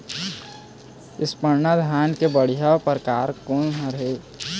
स्वर्णा धान के बढ़िया परकार कोन हर ये?